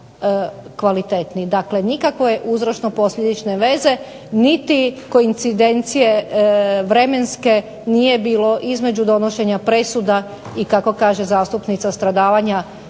Dakle, nikakve uzročno posljedične veze niti koincidencije vremenske nije bilo između donošenja presuda i kako kaže zastupnica stradavanja